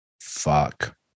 fuck